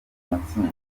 matsinda